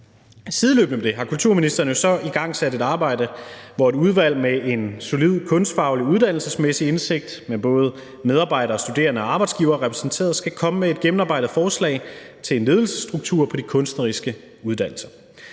Sideløbende med det har kulturministeren jo så igangsat et arbejde, hvor et udvalg med en solid kunstfaglig uddannelsesmæssig indsigt og med både medarbejdere, studerende og arbejdsgivere repræsenteret skal komme med et gennemarbejdet forslag til en ledelsesstruktur på de kunstneriske uddannelser.